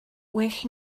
well